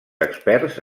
experts